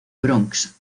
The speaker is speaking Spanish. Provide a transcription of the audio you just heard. bronx